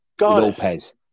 Lopez